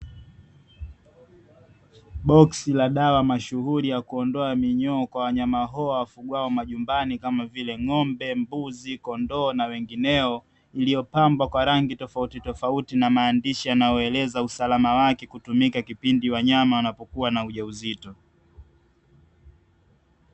Boksi la dawa mashughuli ya kuondoa minyoo kwa wanyama hao wafugwao majumbani kama vile ng’ombe, mbuzi, kondoo na wengineo iliyopambwa kwa rangi tofauti tofauti na maandishi yanayoeleza matumizi yao kutumika kipindi wanyama hao wanapokuwa na ujauzito.